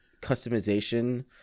customization